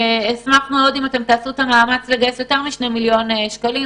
אשמח מאוד אם תעשו מאמץ לתת קצת יותר משני מיליון שקלים,